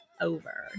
Over